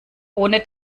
ohne